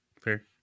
Fair